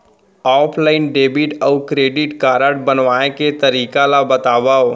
Offline debit अऊ credit card बनवाए के तरीका ल बतावव?